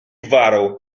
gwarą